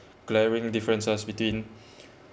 glaring differences between